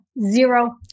zero